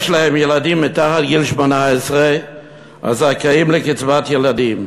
להם ילדים מתחת לגיל 18 הזכאים לקצבת ילדים.